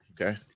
Okay